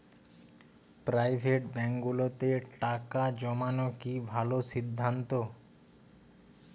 Private ব্যাংকগুলোতে টাকা জমানো কি ভালো সিদ্ধান্ত?